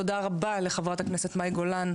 תודה רבה לחברת הכנסת מאי גולן,